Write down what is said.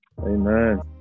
Amen